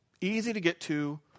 easy-to-get-to